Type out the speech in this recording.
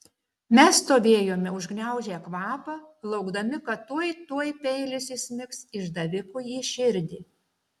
mes stovėjome užgniaužę kvapą laukdami kad tuoj tuoj peilis įsmigs išdavikui į širdį